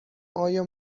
آیا